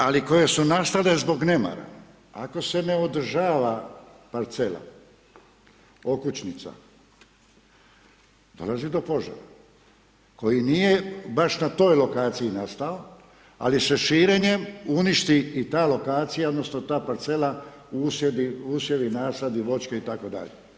Ali, koje su nastale zbog nemara, ako se ne održava parcela, okućnica, dolazi do požara koji nije baš na toj lokaciji nastao, ali se širenjem uništi i ta lokacija odnosno ta parcela, usjevi, nasadi, voćke itd.